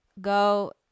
go